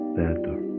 better